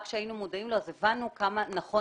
רק כשהיינו מודעים לו הבנו כמה נכון